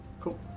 Cool